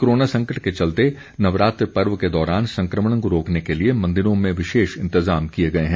corona संकट के चलते नवरात्र पर्व के दौरान संक्रमण को रोकने के लिए मंदिरों में विशेष इंतजाम किए गए हैं